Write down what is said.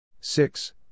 six